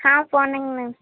ஆ போனேங்க மேம்